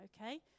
okay